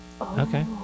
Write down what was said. Okay